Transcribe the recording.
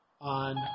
on –